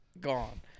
gone